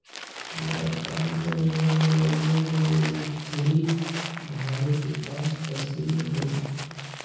हमरा खाली समय में मनोरंजन लेल मछरी धरे के काम पसिन्न हय